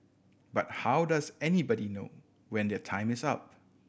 but how does anybody know when their time is up